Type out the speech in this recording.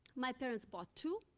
my parents bought two.